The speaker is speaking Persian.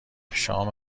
شام